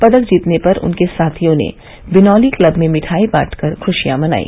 पदक जीतने पर उनके साथियों ने बिनौली क्लब में मिठाई बांट कर खुशियां मनाई